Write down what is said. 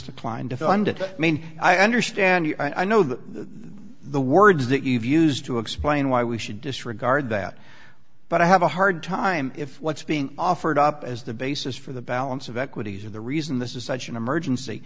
it i mean i understand i know that the words that you've used to explain why we should disregard that but i have a hard time if what's being offered up as the basis for the balance of equities or the reason this is such an emergency